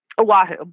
Oahu